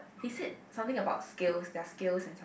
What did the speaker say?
he said something about skills their skills and some~